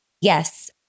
Yes